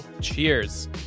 Cheers